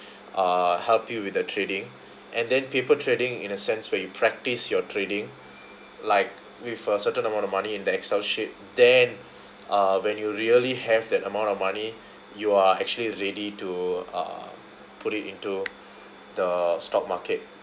uh help you with the trading and then paper trading in a sense where you practice your trading like with a certain amount of money in that excel sheet then uh when you really have that amount of money you're actually ready to uh put it into the stock market